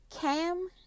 Cam